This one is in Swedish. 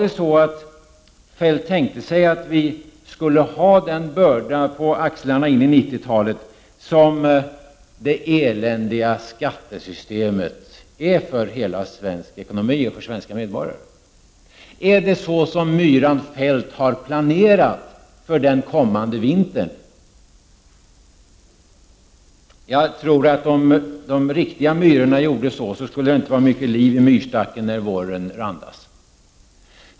Tänkte sig Feldt att vi skulle ha den börda på axlarna in i 90-talet som det eländiga skattesystemet är för Sveriges ekonomi och för svenska medborgare? Är det så som myran Feldt har planerat för den kommande vintern? Jag tror att om de verkliga myrorna gjorde som Kjell-Olof Feldt, skulle det inte vara mycket liv i myrstacken när våren randas.